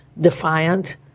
defiant